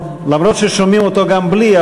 אף-על-פי ששומעים אותו גם בלי,